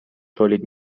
تولید